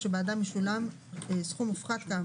חובתכם לוודא שהמחיר שאתם משלמים יאפשר לספקים לפתוח עוד מיטות.